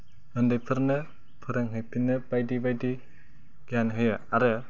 उन्दैफोरनो फोरोंहैफिननो बायदि बायदि गियान होयो आरो